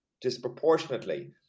disproportionately